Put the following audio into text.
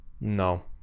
No